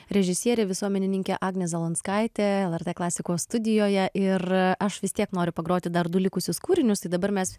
režisierė visuomenininkė agnė zalanskaitė lrt klasikos studijoje ir aš vis tiek noriu pagroti dar du likusius kūrinius tai dabar mes